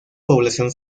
población